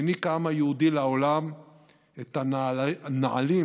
העניק העם היהודי לעולם את הנעלים